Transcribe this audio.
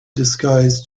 disguised